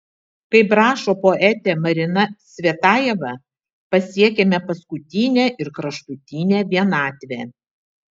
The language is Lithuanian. kaip rašo poetė marina cvetajeva pasiekiame paskutinę ir kraštutinę vienatvę